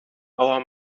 our